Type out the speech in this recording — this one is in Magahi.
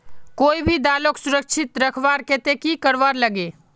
कोई भी दालोक सुरक्षित रखवार केते की करवार लगे?